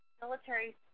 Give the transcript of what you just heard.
military